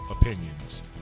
opinions